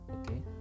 Okay